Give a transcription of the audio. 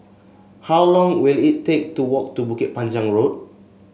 how long will it take to walk to Bukit Panjang Road